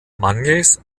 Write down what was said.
mangels